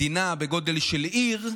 מדינה בגודל של עיר,